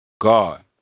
God